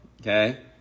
okay